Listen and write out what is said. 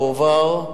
הועבר,